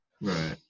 Right